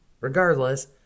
Regardless